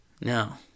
Now